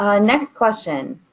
ah next question.